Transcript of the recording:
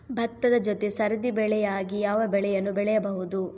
ಭತ್ತದ ಜೊತೆ ಸರದಿ ಬೆಳೆಯಾಗಿ ಯಾವ ಬೆಳೆಯನ್ನು ಬೆಳೆಯಬಹುದು?